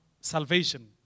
salvation